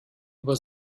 über